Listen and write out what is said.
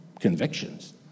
convictions